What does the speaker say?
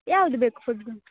ಯಾವ್ದು ಬೇಕು ಫುಡ್ಡು